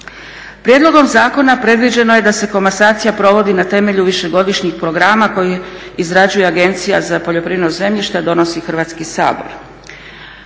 Prijedlogom zakona predviđeno je da se komasacija provodi na temelju višegodišnjih programa koji izrađuje Agencija za poljoprivredno zemljište, a donosi Hrvatski sabor.